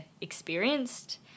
experienced